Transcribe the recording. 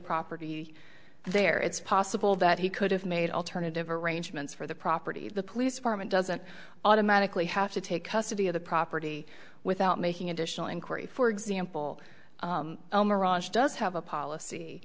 property there it's possible that he could have made alternative arrangements for the property the police department doesn't automatically have to take custody of the property without making additional inquiry for example does have a policy